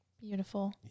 beautiful